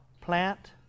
plant